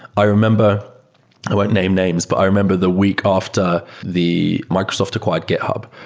i remember i won't name names, but i remember the week after the microsoft acquired github.